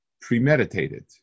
premeditated